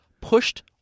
pushed